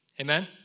Amen